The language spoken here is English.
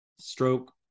stroke